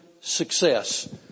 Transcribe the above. success